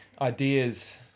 ideas